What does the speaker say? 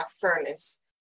furnace